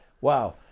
wow